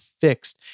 fixed